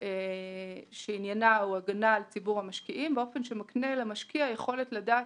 על ציבור המשקיעים באופן שמקנה למשקיע יכולת לדעת